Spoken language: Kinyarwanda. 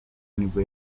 nibwo